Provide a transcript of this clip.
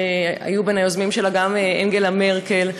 שבין היוזמים שלו הייתה גם אנגלה מרקל,